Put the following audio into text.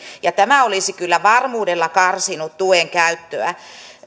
ja tämä olisi kyllä varmuudella karsinut tuen käyttöä